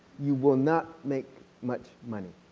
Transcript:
you will not make much money.